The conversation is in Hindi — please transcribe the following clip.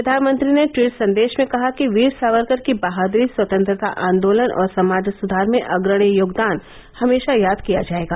प्रधानमंत्री ने ट्वीट संदेश में कहा कि वीर सावरकर की बहादुरी स्वतंत्रता आंदोलन और समाज सुधार में अग्रणी योगदान हमेशा याद किया जाएगा